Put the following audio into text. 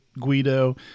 Guido